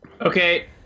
Okay